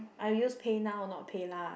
I use PayNow not PayLah